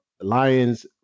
Lions